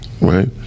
Right